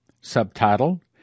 Subtitle